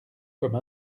comme